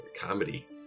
Comedy